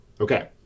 Okay